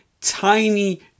tiny